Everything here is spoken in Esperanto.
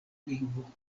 lingvo